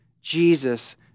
Jesus